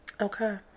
Okay